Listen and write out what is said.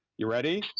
you ready?